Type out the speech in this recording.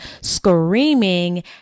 screaming